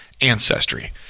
ancestry